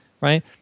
Right